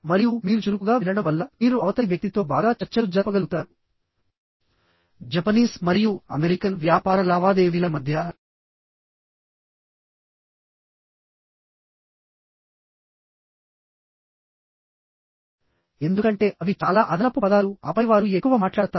మరియు మీరు చురుకుగా వినడం వల్ల మీరు అవతలి వ్యక్తితో బాగా చర్చలు జరపగలుగుతారు జపనీస్ మరియు అమెరికన్ వ్యాపార లావాదేవీల మధ్య ఎందుకంటే అవి చాలా అదనపు పదాలు ఆపై వారు ఎక్కువ మాట్లాడతారు